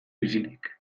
bizirik